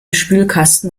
spülkasten